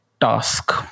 task